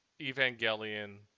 Evangelion